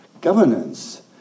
governance